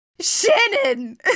Shannon